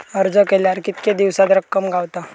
अर्ज केल्यार कीतके दिवसात रक्कम गावता?